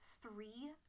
three